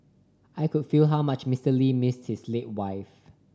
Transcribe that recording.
I could feel how much Mister Lee missed his late wife